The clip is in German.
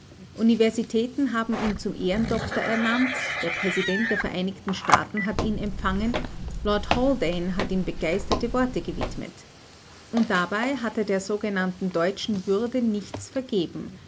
universitäten haben ihn zum ehrendoktor ernannt der präsident der vereinigten staaten hat ihn empfangen lord haldane hat ihm begeisterte worte gewidmet und dabei hat er der sogenannten deutschen würde nichts vergeben